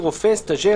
נאמר פה אתמול לדוגמה,